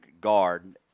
guard